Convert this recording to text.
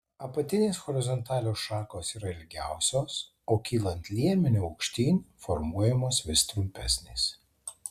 apatinės horizontalios šakos yra ilgiausios o kylant liemeniu aukštyn formuojamos vis trumpesnės